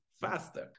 faster